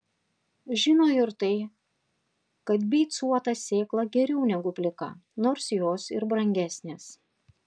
žino ir tai kad beicuota sėkla geriau negu plika nors jos ir brangesnės